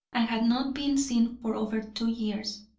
and had not been seen for over two years.